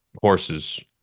horses